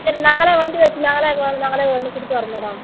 சரி நாங்களே வண்டி வச்சு நாங்களே அங்கே வந்து நாங்களே வந்து கொடுத்து வரோம் மேடம்